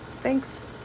Thanks